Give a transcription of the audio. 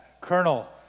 Colonel